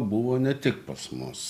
buvo ne tik pas mus